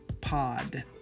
pod